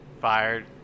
Fired